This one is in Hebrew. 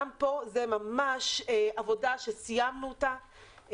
גם פה זאת עבודה שסיימנו אותה.